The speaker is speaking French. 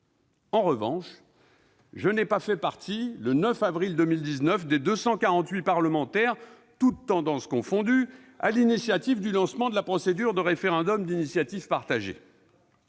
En revanche, je n'ai pas fait partie, le 9 avril 2019, des 248 parlementaires, toutes tendances confondues, à l'initiative du lancement de la procédure de référendum d'initiative partagée.